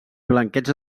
blanqueig